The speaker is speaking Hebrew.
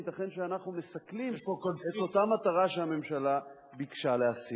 ייתכן שאנחנו מסכלים את אותה מטרה שהממשלה ביקשה להשיג.